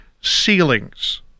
ceilings